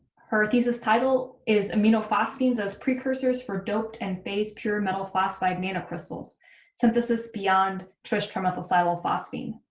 her thesis title is aminophosphines as precursors for doped and phased pure metal phosphide nanocrystals synthesis beyond tris trimethylsilyl phosphine.